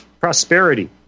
Prosperity